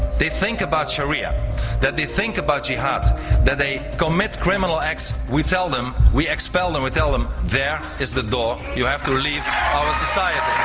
they think about sharia that they think about jihad that they commit criminal acts we tell them we expel them we tell them there is the door you have to leave our society